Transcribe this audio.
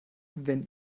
wenn